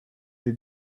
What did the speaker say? the